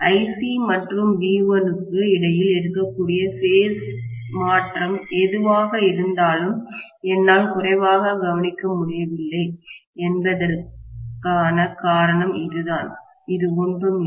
IC மற்றும் V1 க்கு இடையில் இருக்கக்கூடிய பேஸ் மாற்றம் எதுவாக இருந்தாலும் என்னால் குறைவாகக் கவனிக்க முடியவில்லை என்பதற்கான காரணம் இதுதான் இது ஒன்றும் இல்லை